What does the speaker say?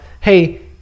hey